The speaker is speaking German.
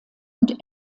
und